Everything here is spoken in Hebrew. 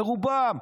ברובם,